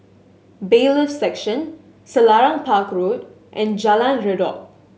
Bailiffs' Section Selarang Park Road and Jalan Redop